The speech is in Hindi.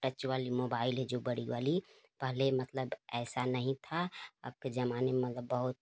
टच वाली मोबाइल जो बड़ी वाली पहले मतलब ऐसा नहीं था अब के जमाने में अग बहुत